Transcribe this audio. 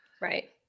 right